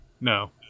No